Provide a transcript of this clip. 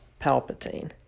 Palpatine